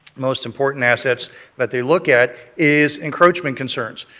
most important assets but they look at is encroachment concerns.